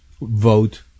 vote